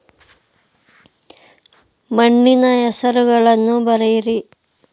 ಮಣ್ಣಿನ ಹೆಸರುಗಳನ್ನು ಬರೆಯಿರಿ